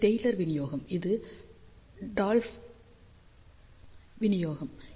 இது டெய்லர் விநியோகம் இது டால்ப் ச்செபிசெஃப் விநியோகம்